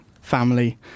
family